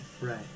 Right